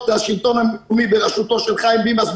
זה השלטון המקומי בראשותו של חיים ביבס.